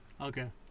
Okay